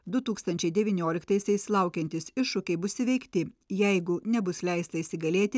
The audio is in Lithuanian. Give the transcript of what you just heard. du tūkstančiai devynioliktaisiais laukiantys iššūkiai bus įveikti jeigu nebus leista įsigalėti